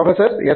professor S